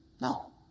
No